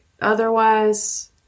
otherwise